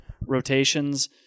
rotations